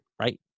right